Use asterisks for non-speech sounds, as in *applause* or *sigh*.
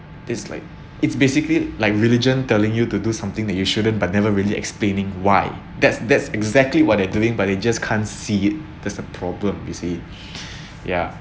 it's like it's basically like religion telling you to do something that you shouldn't but never really explaining why that's that's exactly what they're doing but they just can't see it that's the problem you see *breath* ya